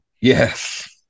Yes